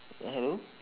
ya hello